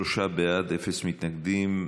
שלושה בעד, אפס מתנגדים.